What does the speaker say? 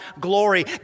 glory